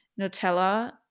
Nutella